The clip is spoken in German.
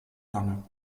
lange